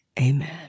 Amen